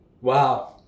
Wow